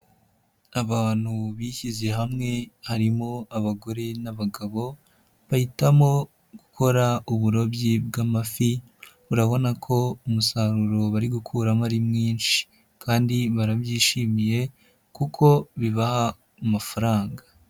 Abantu bishyize hamwe harimo abagore n'abagabo, bahitamo gukora uburobyi bw'amafi, urabona ko umusaruro bari gukuramo ari mwinshi kandi barabyishimiye kuko bibaha amafaranga.